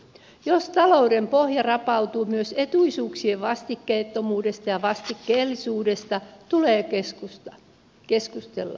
jos talouden pohja rapautuu myös etuisuuksien vastikkeettomuudesta ja vastikkeellisuudesta tulee keskustella